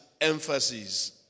emphasis